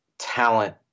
Talent